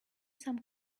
some